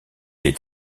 est